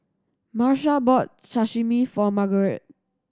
Marsha bought Sashimi for Margarete